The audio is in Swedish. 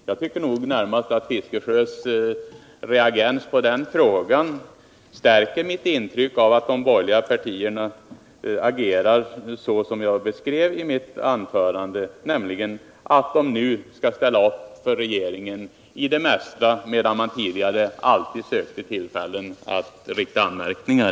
Jag tycker närmast att Bertil Fiskesjös reaktion på den frågan stärker mitt intryck av att de borgerliga partierna agerar så som jag beskrev i mitt anförande, nämligen att de nu skall ställa upp för regeringen i det mesta medan de tidigare alltid sökte tillfällen att rikta anmärkningar.